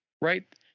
right